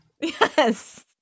Yes